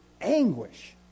anguish